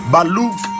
Baluk